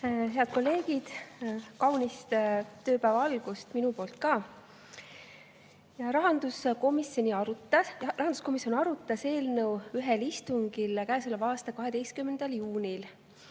Head kolleegid! Kaunist tööpäeva algust ka minu poolt! Rahanduskomisjon arutas eelnõu ühel istungil, käesoleva aasta 12. juunil.